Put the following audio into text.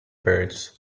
birds